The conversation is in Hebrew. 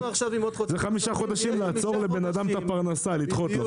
זה 5 חודשים לעצור לאדם את הפרנסה ולדחות לו.